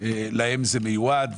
להם זה מיועד,